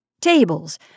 Tables